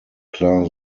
klar